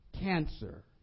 cancer